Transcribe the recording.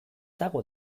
dago